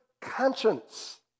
conscience